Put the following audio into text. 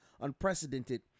unprecedented